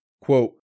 quote